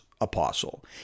apostle